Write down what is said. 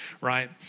right